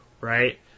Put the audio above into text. right